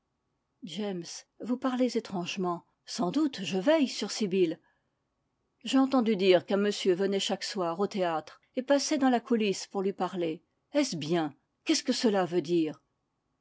vous parlez étrangement sans doute je veille sur sibyl j'ai entendu dire qu'un monsieur venait chaque soir au théâtre et passait dans la coulisse pour lui parler est-ce bien qu est-ce que cela veut dire